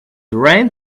rain